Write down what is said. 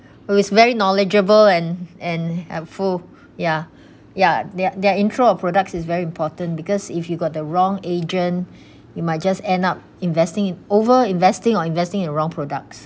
who is very knowledgeable and and and full ya ya their their intro of products is very important because if you got the wrong agent you might just end up investing over investing or investing in a wrong products